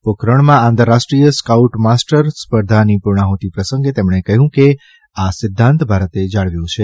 પોખરણમાં આંતરાષ્ટ્રીય scout masters સ્પર્ધાની પૂર્ણાહૃતિ પ્રસંગે તેમણે કહ્યું કે આ સિદ્ધાંત ભારતે જાળવ્યો છે